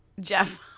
Jeff